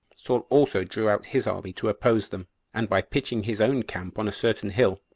saul also drew out his army to oppose them and by pitching his own camp on a certain hill,